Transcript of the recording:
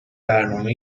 برنامه